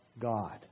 God